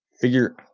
figure